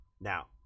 Now